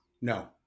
No